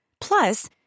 Plus